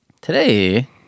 Today